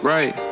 Right